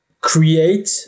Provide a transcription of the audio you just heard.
Create